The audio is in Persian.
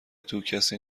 توکسی